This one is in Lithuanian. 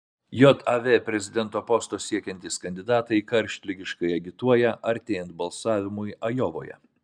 jav prezidento posto siekiantys kandidatai karštligiškai agituoja artėjant balsavimui ajovoje